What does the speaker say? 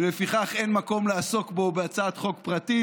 ולפיכך, אין מקום לעסוק בו בהצעת חוק פרטית.